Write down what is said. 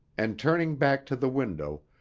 and turning back to the window,